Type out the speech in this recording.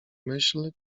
myśl